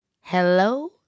Hello